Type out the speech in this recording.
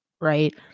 right